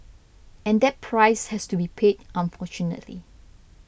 and that price has to be paid unfortunately